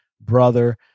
brother